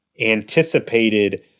anticipated